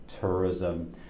tourism